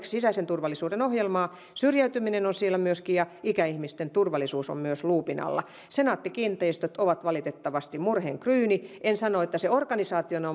sisäisen turvallisuuden ohjelmaa syrjäytyminen on siellä myöskin ja ikäihmisten turvallisuus on myös luupin alla senaatti kiinteistöt on valitettavasti murheenkryyni en sano että se organisaationa